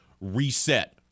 reset